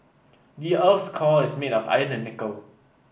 the earth's core is made of iron and nickel